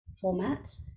format